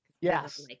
yes